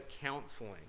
counseling